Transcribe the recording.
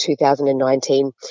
2019